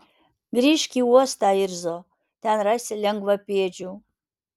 grįžk į uostą irzo ten rasi lengvapėdžių